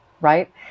right